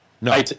No